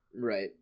Right